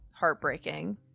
heartbreaking